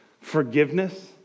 forgiveness